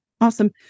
Awesome